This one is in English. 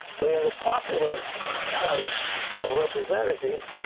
but in the popular house of representatives,